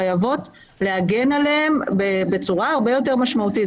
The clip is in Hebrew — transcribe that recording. חייבים להגן עליהן בצורה הרבה יותר משמעותית.